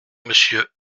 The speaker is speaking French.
monsieur